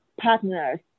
partners